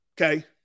Okay